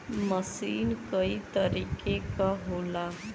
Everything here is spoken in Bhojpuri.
मसीन कई तरीके क होला